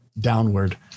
downward